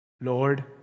Lord